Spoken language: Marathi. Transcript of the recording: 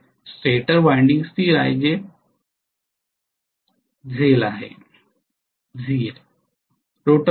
नाही स्टेटर वायंडिंग स्थिर आहेत जे झेल आहे